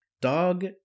Dog